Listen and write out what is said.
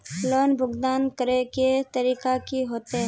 Loan भुगतान करे के तरीका की होते?